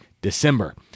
December